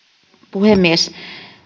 puhemies